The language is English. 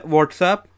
WhatsApp